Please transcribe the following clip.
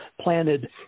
planted